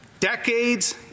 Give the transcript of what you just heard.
decades